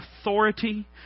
authority